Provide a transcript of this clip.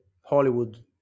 Hollywood